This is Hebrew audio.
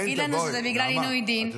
ולהגיד לנו שזה בגלל עינוי דין -- נעמה,